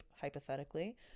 Hypothetically